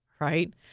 right